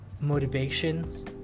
motivations